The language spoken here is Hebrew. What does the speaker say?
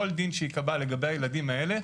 כל דין שייקבע לגבי הילדים האלה,